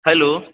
hello